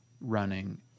running